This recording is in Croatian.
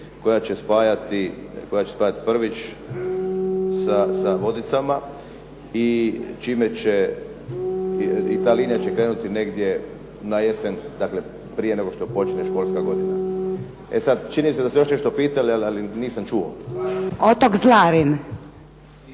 koja će spajati Prvić sa Vodicama i čime će i ta linija će krenuti negdje na jesen. Dakle, prije nego što počne školska godina. E sad, čini se da ste još nešto pitali ali nisam čuo. …/Upadica